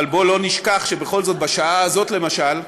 אבל בואו לא נשכח שבכל זאת, בשעה הזאת, למשל,